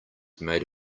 made